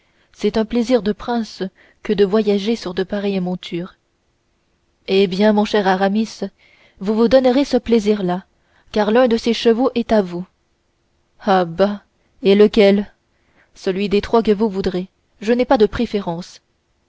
c'est un plaisir de prince que de voyager sur de pareilles montures eh bien mon cher aramis vous vous donnerez ce plaisir là car l'un de ces chevaux est à vous ah bah et lequel celui des trois que vous voudrez je n'ai pas de préférence